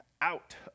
out